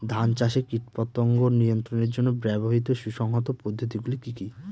ধান চাষে কীটপতঙ্গ নিয়ন্ত্রণের জন্য ব্যবহৃত সুসংহত পদ্ধতিগুলি কি কি?